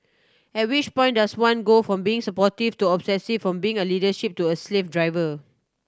at which point does one go from being supportive to obsessive from being a leadership to a slave driver